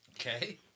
Okay